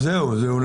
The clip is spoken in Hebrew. זה אולי